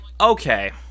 okay